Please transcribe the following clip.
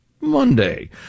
Monday